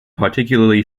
particularly